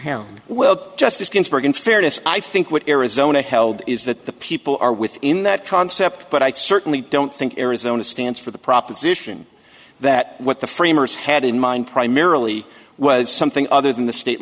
so well justice ginsburg in fairness i think what arizona held is that the people are within that concept but i certainly don't think arizona stands for the proposition that what the framers had in mind primarily was something other than the state